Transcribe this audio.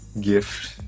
gift